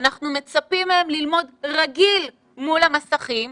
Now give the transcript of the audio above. אנחנו מצפים מהם ללמוד רגיל מול המסכים,